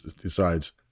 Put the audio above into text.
decides